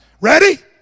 Ready